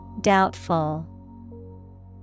Doubtful